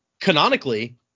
canonically